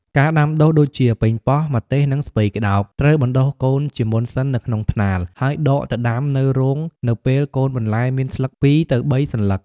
ការដាំដុះដូចជា ប៉េងប៉ោះ ម្ទេស និង ស្ពៃក្ដោប ត្រូវបណ្ដុះកូនជាមុនសិននៅក្នុងថ្នាល ហើយដកទៅដាំនៅរងនៅពេលកូនបន្លែមានស្លឹក ២ ទៅ ៣ សន្លឹក។